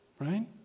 Right